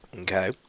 Okay